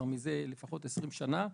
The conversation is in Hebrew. זה לפחות 20 שנה.